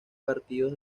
partidos